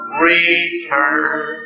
return